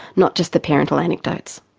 not just the parental anecdotes.